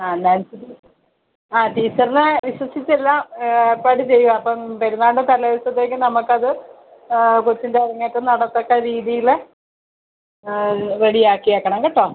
ആ ഡാൻസ് ആ ടീച്ചറിനെ വിശ്വസിച്ച് എല്ലാം ഏർപ്പാട് ചെയ്യാം അപ്പം പെരുന്നാളിൻ്റെ തലേ ദിവസത്തേക്ക് നമുക്കത് കൊച്ചിൻ്റെ അരങ്ങേറ്റം നടത്തക്ക രീതിയിൽ റെഡിയാക്കിയേക്കണം കേട്ടോ